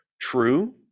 true